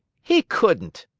he couldn't!